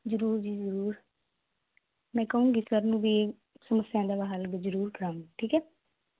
ਜ਼ਰੂਰ ਜੀ ਜ਼ਰੂਰ ਮੈਂ ਕਹਾਂਗੀ ਸਰ ਨੂੰ ਵੀ ਸਮੱਸਿਆ ਦਾ ਹੱਲ ਜ਼ਰੂਰ ਕਰਾਉਣ ਠੀਕ ਆ